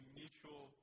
mutual